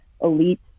Elite